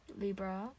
libra